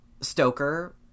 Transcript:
Stoker